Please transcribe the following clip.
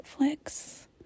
Netflix